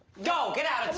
go, get out, it's